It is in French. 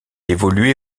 évoluait